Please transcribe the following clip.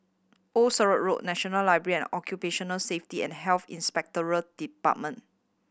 Old Sarum Road National Library and Occupational Safety and Health Inspectorate Department